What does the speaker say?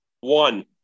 One